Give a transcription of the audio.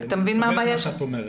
אני מקבל את מה שאת אומרת.